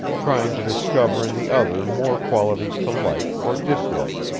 trying to discover in the other more qualities to like or dislike.